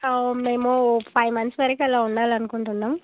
ఓ మేము five months వరకు అలా ఉండాలనుకుంటున్నాం